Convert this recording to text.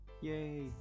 Yay